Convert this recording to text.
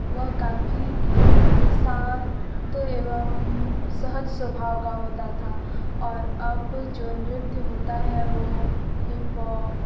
वह काफ़ी शांत एवं सहज स्वभाव का होता था और अब जो नृत्य होता है वो हिपहॉप